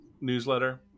newsletter